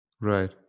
Right